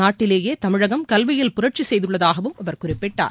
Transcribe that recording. நாட்டிலேயே தமிழகம் கல்வியில் புரட்சி செய்துள்ளதாகவும் அவர் குறிப்பிட்டார்